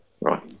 right